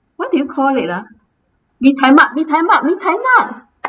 what do you call it ah mee tai mak mee tai mak mee tai mak